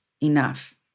enough